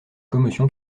commotion